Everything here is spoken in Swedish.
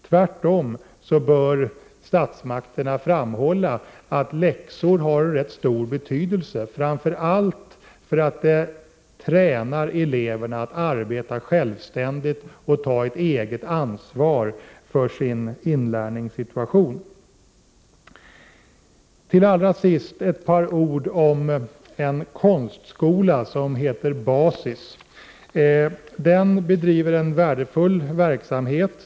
Tvärtom bör statsmakterna framhålla att läxor har rätt stor betydelse, framför allt när det gäller att träna eleverna att arbeta självständigt och ta ett eget ansvar för sin inlärningssituation. Till allra sist vill jag säga några ord om en konstskola, som heter BASIS. Den bedriver en värdefull verksamhet.